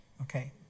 Okay